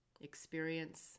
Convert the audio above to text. experience